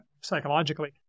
psychologically